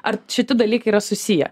ar šiti dalykai yra susiję